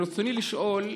ברצוני לשאול: